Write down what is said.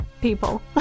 people